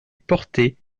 porter